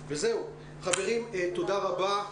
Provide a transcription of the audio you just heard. חברים, תודה רבה.